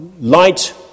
light